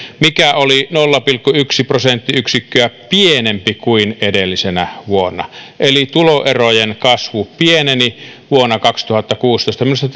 mikä oli nolla pilkku yksi prosenttiyksikköä pienempi kuin edellisenä vuonna eli tuloerojen kasvu pieneni vuonna kaksituhattakuusitoista minusta